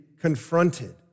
confronted